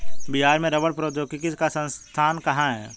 बिहार में रबड़ प्रौद्योगिकी का संस्थान कहाँ है?